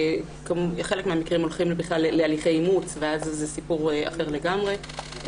בחלק מהמקרים הולכים בכלל להליכי אימוץ ואז זה סיפור אחר לגמרי,